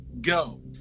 go